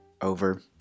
over